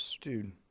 dude